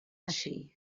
així